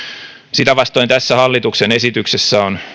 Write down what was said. sitä vastoin tässä hallituksen esityksessä on